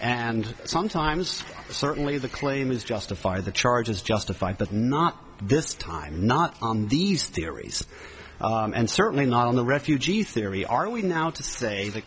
and sometimes certainly the claim is justified the charge is justified but not this time not on these theories and certainly not on the refugee theory are we now to say th